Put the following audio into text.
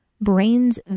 brains